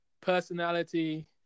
personality